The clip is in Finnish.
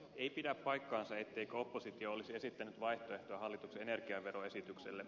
ei pidä paikkaansa etteikö oppositio olisi esittänyt vaihtoehtoa hallituksen energiaveroesitykselle